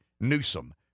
Newsom